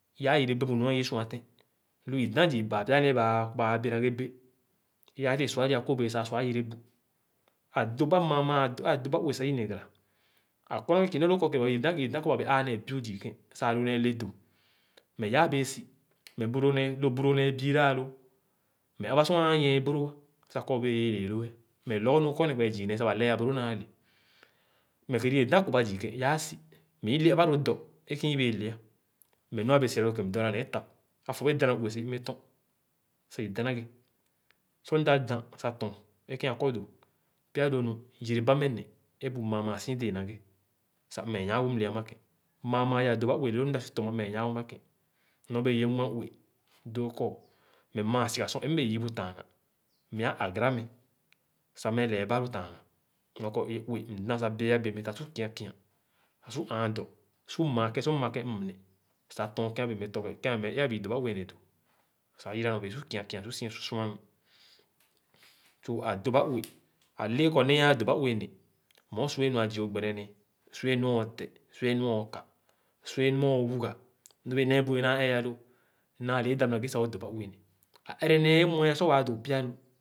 I-ãã yerebẽẽ bu nu ii sua tẽn. Lõ i dà zii baa pya nẽẽ é baa kɔ baa bẽ na ghe bẽ, i-aa si wẽẽ sua ali akobẽẽ sah ãã sua ayẹre bu. Ãdõbà mãã mãã ãdõbà ue sah i neh ajara. Ãkɔ na ghe nu ã kii lõõ kɔ lo i wẽẽ dã kɔ ba bẽẽ ãã nẽẽ bui zii kẽ sah lõ nẽẽ ledum, me i-aa bẽẽ si meh bu lõnẽẽ, lo bu lõ nẽẽ biira lõõ meh abà sor ãã nyieborõ-a sah kɔr õbẽẽ ye le loo ã, meh lɔgɔ nu õkor ne kune zii nẽẽ sah ba lɛɛ ãba lõõ naa-lè. Meh kèrè i wẽẽ dã kõbà zii kè, i-aa si meh i lè abã lo dɔ é kẽ i bẽẽ lẽ-a, meh nu ãbẽẽ sira lõ kẽ meh dɔɔna nẽ é tàp; afɔp è dana lõ ue sah i mme tɔ̃ sa i dãnã ghé Sar mda dã sah tɔɔn é kẽn akɔdo pya lõ nu yereba meh ne é bu mãã mãã si dẽẽ na ghe sah mme nya wõ é mle ãmã kè. Maa maa ye ãdõba he le lõõ nu mda su tormà mme nya-wõ ãmã kè nɔr bẽẽ ye mue-ne dõõ kɔ meh mãã siga sor é mbẽẽ yiibu tããghan meh ã agãrã meh sah meh lɛ̃ɛ̃ba lo tããghan; nɔr kɔ é, ue, mdã sah bie-a bẽẽ meh sah su kia kia, su ããn dɔ, su mãã kẽ sor mmakẽ mm̃ne sah tɔɔn kẽ ãbẽẽ meh torghe, kẽ abẽẽ meh, é abẽẽ i dòba ue ne dò sah yira nɔr bẽẽ kia kia, su suanu. So, adòba ue, alẽẽ kɔr nẽẽ ãdoba ue ne meh õ su yẽ nua zii õ gbene nẽẽ, su yẽ nua õ tè, su yẽ nua õ kà, su yẽ nua õ wuga; nɔbẽẽ nẽẽ bu yẽ naa ẽẽ alõõ, naalè é dàp na ghe sah adòbà ue ne. Ã ẽrẽ nẽẽ é mue ã sor waa dõõ pyanu.